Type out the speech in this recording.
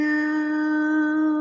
now